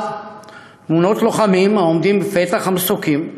במיוחד תמונות לוחמים העומדים בפתח המסוקים,